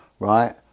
right